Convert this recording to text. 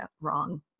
wrong